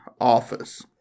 office